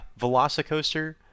Velocicoaster